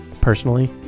personally